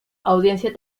audiencia